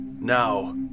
Now